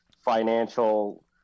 financial